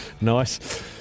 Nice